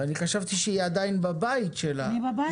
וחשבתי שהיא עדיין בבית שלה --- אני בבית.